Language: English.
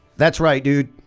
that's right dude,